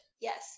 Yes